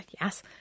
Yes